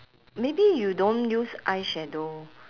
maybe you don't use eyeshadow